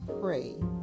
pray